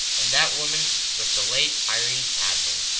and that woman was the late irene adler,